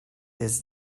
his